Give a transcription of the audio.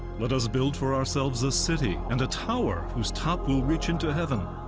let us build for ourselves a city, and a tower whose top will reach into heaven,